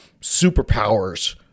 superpowers